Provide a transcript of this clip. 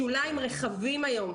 השוליים רחבים היום.